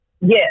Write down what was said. Yes